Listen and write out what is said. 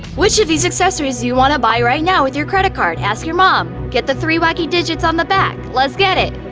which of these accessories do you want to buy right now with your credit card? ask your mom! get the three wacky digits on the back! let's get it!